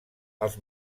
els